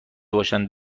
باشند